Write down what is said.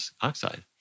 oxide